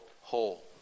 whole